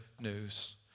news